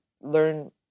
learn